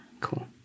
Cool